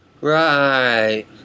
Right